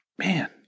Man